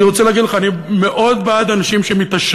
אני רוצה להגיד לך, אני מאוד בעד אנשים שמתעשרים.